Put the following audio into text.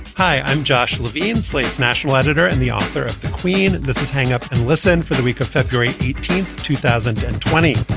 hi, i'm josh levine, slate's national editor and the author of the queen, this is hang up and listen for the week of february eighteenth, two thousand and twenty.